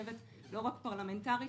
בשנה שהייתה מורכבת לא רק פרלמנטרית,